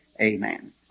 Amen